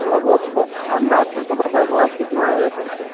थोड़ा बहुत अंदाज़ से तो बता दो आप कितना आएगा खर्चा